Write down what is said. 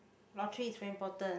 lottery is very important